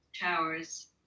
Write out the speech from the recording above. towers